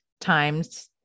times